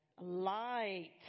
Light